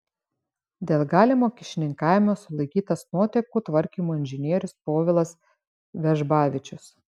dėl galimo kyšininkavimo sulaikytas nuotėkų tvarkymo inžinierius povilas vežbavičius